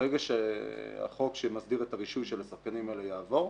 ברגע שהחוק שמסדיר את הרישוי של השחקנים האלה יעבור,